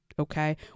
Okay